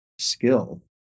skill